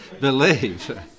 believe